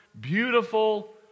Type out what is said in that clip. beautiful